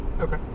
Okay